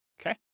Okay